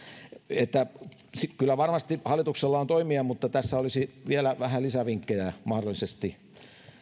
että kyllä varmasti hallituksella on toimia mutta tässä olisi vielä vähän lisää vinkkejä mahdollisesti